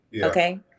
Okay